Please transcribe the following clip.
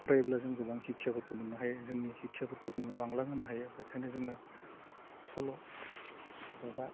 फरायोब्ला जों गोबां हिक्काफोरखौ मोननो हायो जोंनि हिक्साफोरखौ जोङो बांलांहोनो हायो बेखायनो जोङो सल' एबा